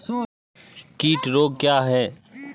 कीट रोग क्या है?